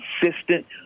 consistent